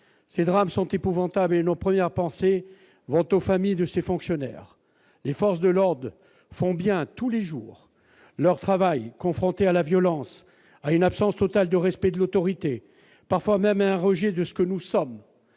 ces drames sont épouvantables et nos premières pensées vont aux familles de ses fonctionnaires, les forces de l'ordre font bien tous les jours leur travail, confrontés à la violence à une absence totale de respect de l'autorité, parfois même un rejet de ce que nous sommes